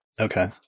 Okay